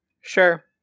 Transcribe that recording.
Sure